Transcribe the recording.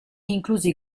inclusi